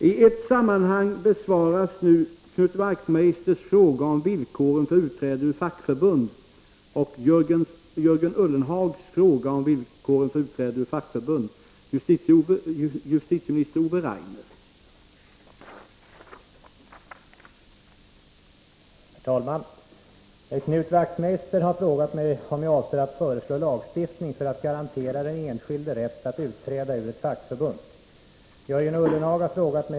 Med anledning av ett uppmärksammat fall då en LO-medlem förvägrades utträde ur sitt fackförbund och med tanke på vice statsministerns uttalande om individens frihet ber jag att till justitieministern få ställa följande fråga: Avser statsrådet att föreslå lagstiftning syftande till att garantera individen rätt att utträda ur ett fackförbund?